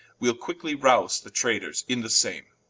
wee'le quickly rowze the traitors in the same